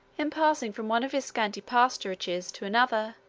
in passing from one of his scanty pasturages to another,